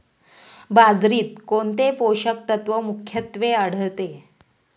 बाजरीत कोणते पोषक तत्व मुख्यत्वे आढळते?